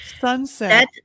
sunset